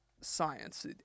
science